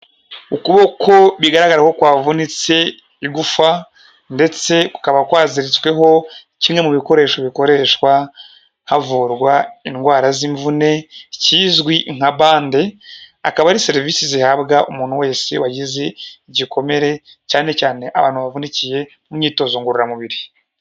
Ukuboko bigaragara ko kwavunitse igufa ndetse kukaba kwaziritsweho kimwe mu bikoresho bikoreshwa havurwa indwara z'imvune kizwi nka bande, akaba ari serivisi zihabwa umuntu wese wagize igikomere cyane cyane abantu bavunikiye mu myitozo ngororamubiri.